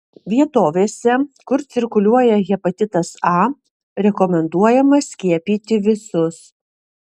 vietovėse kur cirkuliuoja hepatitas a rekomenduojama skiepyti visus